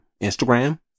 Instagram